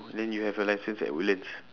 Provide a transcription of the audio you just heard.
then you have your license at woodlands